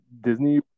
Disney